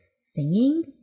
singing